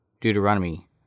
Deuteronomy